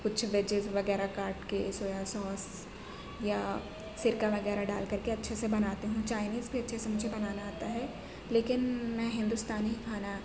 کچھ ویجز وغیرہ کاٹ کے سویا سوس یا سرکہ وغیرہ ڈال کر کے اچھے سے بناتے ہیں چائنیز بھی مجھے اچھے سے بنانا آتا ہے لیکن میں ہندوستانی کھانا